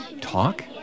Talk